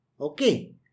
Okay